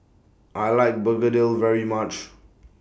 I like Begedil very much